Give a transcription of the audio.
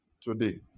today